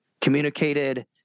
communicated